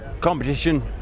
competition